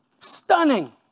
Stunning